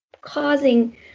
causing